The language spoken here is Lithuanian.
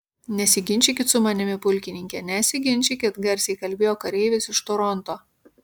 nesiginčykit su manimi pulkininke nesiginčykit garsiai kalbėjo kareivis iš toronto